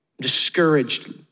discouraged